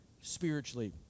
spiritually